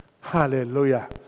hallelujah